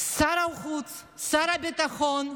שר החוץ, שר הביטחון,